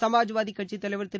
சமாஜ்வாதி கட்சித்தலைவர் திரு